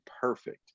perfect